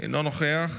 לא מופיע,